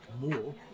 more